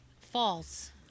False